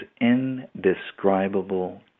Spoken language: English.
indescribable